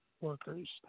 workers